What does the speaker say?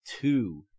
two